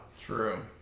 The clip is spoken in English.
True